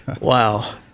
wow